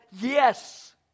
Yes